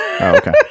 okay